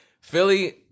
Philly